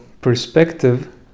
perspective